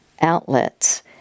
outlets